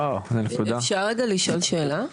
אפשר רגע לשאול שאלה?